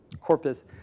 corpus